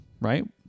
Right